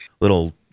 little